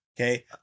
okay